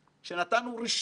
לכל האנשים.